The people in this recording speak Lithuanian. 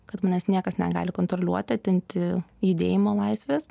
kad manęs niekas negali kontroliuoti atimti judėjimo laisvės